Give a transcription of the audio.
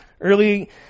Early